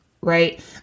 right